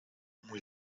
muy